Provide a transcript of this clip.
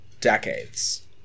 decades